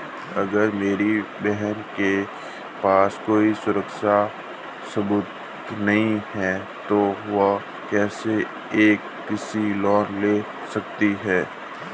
अगर मेरी बहन के पास कोई सुरक्षा या सबूत नहीं है, तो वह कैसे एक कृषि लोन ले सकती है?